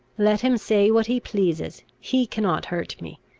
let him say what he pleases he cannot hurt me.